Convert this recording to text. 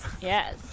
Yes